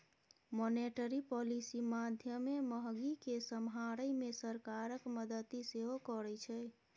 monetary policy माध्यमे महगी केँ समहारै मे सरकारक मदति सेहो करै छै